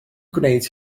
gwneud